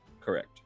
correct